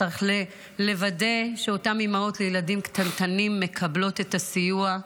צריך לוודא שאותן אימהות לילדים קטנטנים מקבלות את הסיוע,